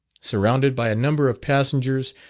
surrounded by a number of passengers,